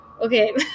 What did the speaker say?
Okay